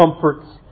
comforts